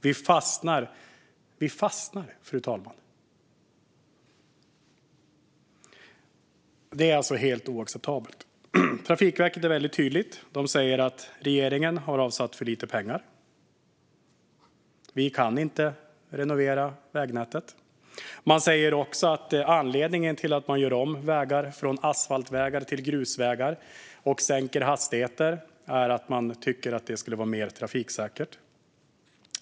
Vi fastnar, fru talman! Detta är helt oacceptabelt. Trafikverket är väldigt tydligt. De säger att regeringen har avsatt för lite pengar. Vi kan inte renovera vägnätet, säger de. De säger också att anledningen till att de gör om vägar från asfaltvägar till grusvägar och sänker hastigheter är att de tycker att det skulle vara mer trafiksäkert.